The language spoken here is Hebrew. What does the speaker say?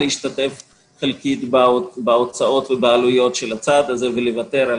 להשתתף חלקית בהוצאות ובעלויות של הצעד הזה ולוותר על